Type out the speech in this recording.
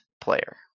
player